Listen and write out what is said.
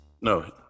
No